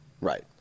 Right